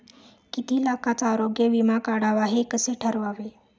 किती लाखाचा आरोग्य विमा काढावा हे कसे ठरवावे?